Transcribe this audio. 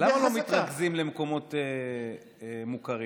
למה לא מתרכזים למקומות מוכרים?